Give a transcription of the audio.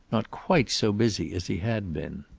not quite so busy as he had been.